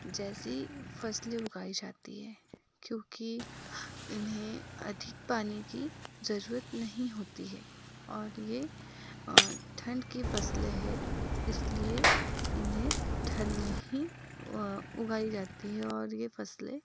जैसी फसलें उगाई जाती है क्योंकि इन्हें अधिक पानी की ज़रूरत नहीं होती है और यह ठंड की फसलें है इसलिए इन्हें ठंड में ही उगाई जाती है और यह फसलें